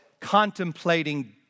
contemplating